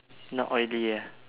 not oily ah